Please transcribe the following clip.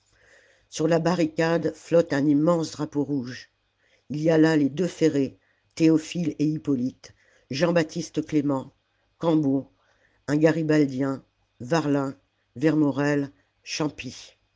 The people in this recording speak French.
sur la barricade flotte un immense drapeau rouge il y a là les deux ferré théophile et hippolyte j b clément cambon un garibaldien varlin vermorel champy